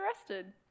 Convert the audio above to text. arrested